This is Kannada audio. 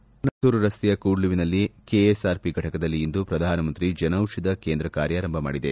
ಬೆಂಗಳೂರಿನ ಹೊಸೂರು ರಸ್ತೆಯ ಕೂಡುವಿನಲ್ಲಿ ಕೆಎಸ್ಆರ್ಪಿ ಫಟಕದಲ್ಲಿ ಇಂದು ಪ್ರಧಾನಮಂತ್ರಿ ಜನೌಷಧಿ ಕೇಂದ್ರ ಕಾರ್ಯಾರಂಭ ಮಾಡಿದೆ